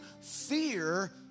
fear